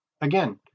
Again